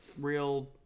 real